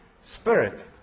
spirit